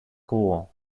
кво